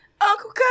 uncle